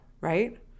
right